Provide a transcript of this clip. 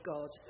God